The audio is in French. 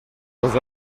dans